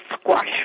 squash